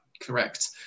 correct